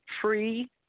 free